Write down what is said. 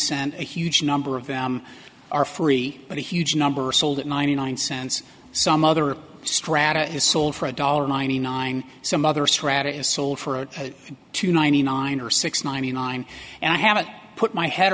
cent a huge number of them are free but a huge number sold at ninety nine cents some other strata is sold for a dollar ninety nine some other strata is sold for two ninety nine or six ninety nine and i haven't put my head